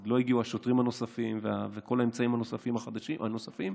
עוד לא הגיעו השוטרים הנוספים וכל האמצעים החדשים הנוספים.